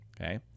Okay